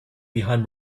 behind